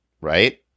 right